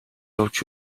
явж